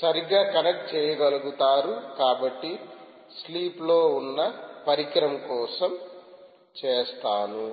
సరిగ్గా కనెక్ట్ చేయగలుగుతారు కాబట్టి స్లీప్లో ఉన్న పరికరం కోసం చేస్తాను